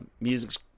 music's